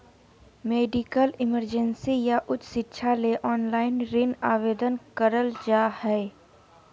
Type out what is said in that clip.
medical emergency या उच्च शिक्षा ले ऑनलाइन ऋण आवेदन करल जा हय